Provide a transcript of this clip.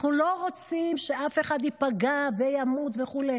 אנחנו לא רוצים שאף אחד ייפגע או ימות וכו'.